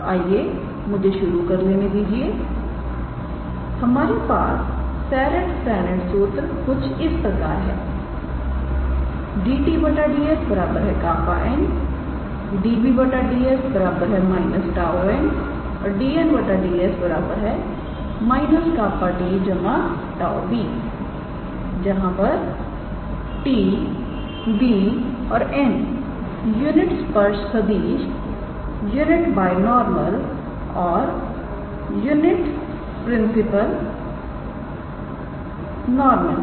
तो आइए मुझे शुरू कर लेने दीजिए हमारे पास सेरिट फ्रेंनेट सूत्र कुछ इस प्रकार है𝑑𝑡 𝑑𝑠 𝜅𝑛 𝑑𝑏 𝑑𝑠 −𝜁𝑛 𝑑𝑛 𝑑𝑠 −𝜅𝑡 𝜁𝑏 जहां पर t b और n यूनिट स्पर्श सदिश यूनिट बाय नॉर्मल और यूनिट प्रिंसिपल नॉर्मल है